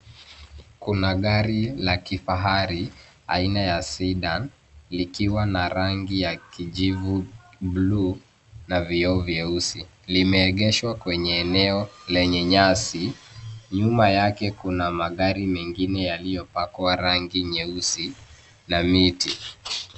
Kuna gari la kifahari aina ya sedan likiwa na rangi ya kijivu bluu na vioo vyeusi. Limeegeshwa kwenye eneo lenye nyasi. Nyuma yake kuna magari mengine yaliyopakwa rangi nyeusi na miti.